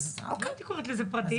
לא הייתי קוראת לזה פרטיים,